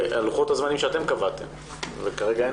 אלה לוחות הזמנים שאתם קבעתם וכרגע אין